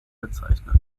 bezeichnet